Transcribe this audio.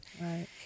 Right